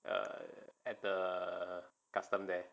err at the custom there